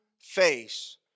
face